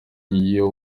iyo